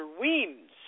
Weems